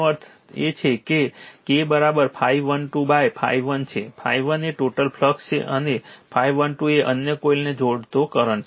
તેનો અર્થ એ છે કે K ∅12 ∅1 છે ∅1 એ ટોટલ ફ્લક્સ છે અને ∅12 એ અન્ય કોઇલને જોડતો કરંટ છે